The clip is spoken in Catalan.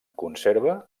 conserva